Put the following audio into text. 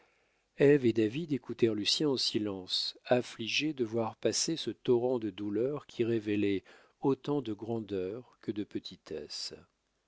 et david écoutèrent lucien en silence affligés de voir passer ce torrent de douleurs qui révélait autant de grandeur que de petitesse